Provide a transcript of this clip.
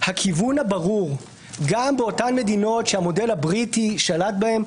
הכיוון הברור גם באותן מדינות שהמודל הבריטי שלט בהן,